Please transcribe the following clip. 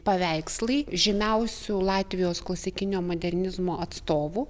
paveikslai žymiausių latvijos klasikinio modernizmo atstovų